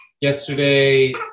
yesterday